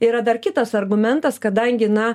yra dar kitas argumentas kadangi na